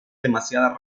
demasiada